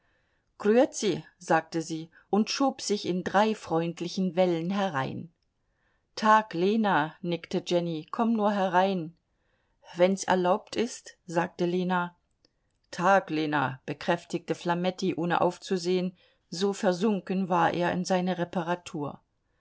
grüatzi sagte sie und schob sich in drei freundlichen wellen herein tag lena nickte jenny komm nur herein wenns erlaubt ist sagte lena tag lena bekräftigte flametti ohne aufzusehen so versunken war er in seine reparatur